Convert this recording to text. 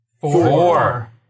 Four